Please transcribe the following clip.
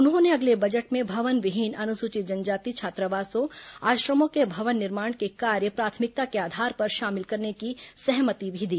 उन्होंने अगले बजट में भवन विहीन अनुसूचित जनजाति छात्रावासों आश्रमों के भवन निर्माण के कार्य प्राथमिकता के आधार पर शामिल करने की सहमति भी दी